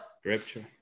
Scripture